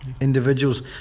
individuals